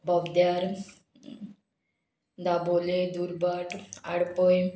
बोगद्यार दाबोलें दुर्बाट आडपय